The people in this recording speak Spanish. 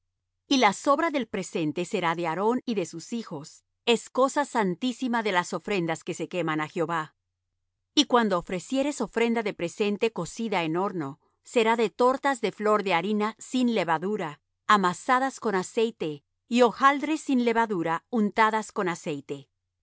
y la sobra del presente será de aarón y de sus hijos es cosa santísima de las ofrendas que se queman á jehová y cuando ofrecieres ofrenda de presente cocida en horno será de tortas de flor de harina sin levadura amasadas con aceite y hojaldres sin levadura untadas con aceite